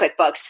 QuickBooks